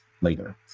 later